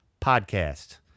podcast